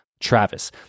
Travis